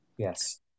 Yes